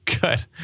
Good